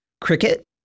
Cricket